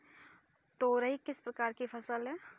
तोरई किस प्रकार की फसल है?